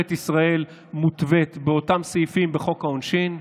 ישראל מותוות באותם סעיפים בחוק העונשין.